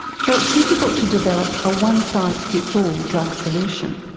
so it's difficult to develop a one size fits all drug solution.